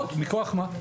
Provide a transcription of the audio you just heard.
מכוח מה?